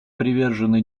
привержены